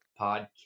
podcast